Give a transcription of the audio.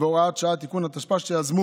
והוראת שעה) (תיקון), התשפ"א 2020, שיזמו